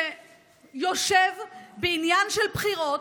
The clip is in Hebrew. שיושב בעניין של בחירות,